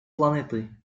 планеты